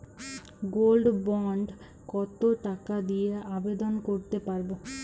Gold bond কত টাকা দিয়ে আবেদন করতে পারবো?